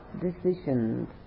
decisions